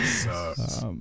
sucks